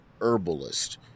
herbalist